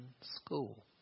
school